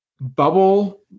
bubble